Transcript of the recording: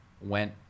went